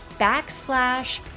backslash